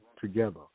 together